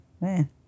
man